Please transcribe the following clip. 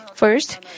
First